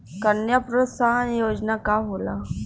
कन्या प्रोत्साहन योजना का होला?